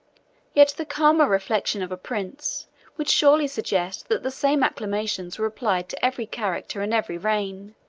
yet the calmer reflection of a prince would surely suggest that the same acclamations were applied to every character and every reign